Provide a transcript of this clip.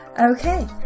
Okay